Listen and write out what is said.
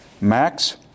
Max